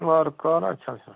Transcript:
وارٕ کارا اَچھا سا